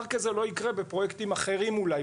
כזה לא יקרה בפרויקטים אחרים אולי,